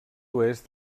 oest